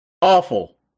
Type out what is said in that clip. Awful